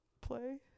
play